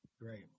Great